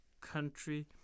country